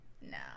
no